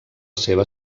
seva